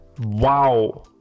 Wow